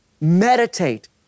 meditate